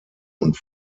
und